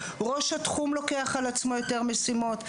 ראש התחום לוקח על עצמו יותר משימות.